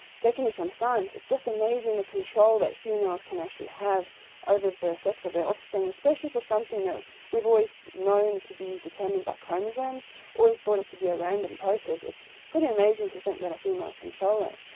secondly, from science, it's just amazing the control that females can actually have over the sex of their offspring, especially for something that we've always known to be determined by chromosomes and always thought it to be a random process. it's pretty amazing to think that a female can control it.